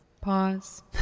pause